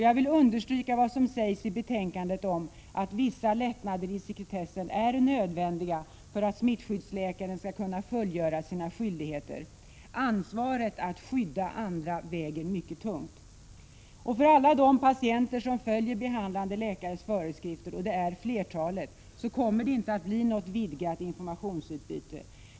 Jag vill understryka vad som sägs i betänkandet om att vissa lättnader i sekretessen är nödvändiga för att smittskyddsläkaren skall kunna fullgöra sina skyldigheter. Ansvaret att skydda andra väger mycket tungt. För alla de patienter som följer behandlande läkares föreskrifter — och det är flertalet — kommer det inte att bli något vidgat informationsutbyte.